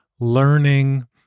learning